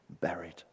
buried